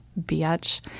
bitch